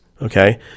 okay